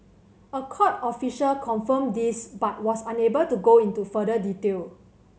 a court official confirmed this but was unable to go into further detail